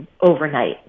overnight